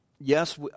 yes